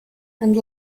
and